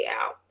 out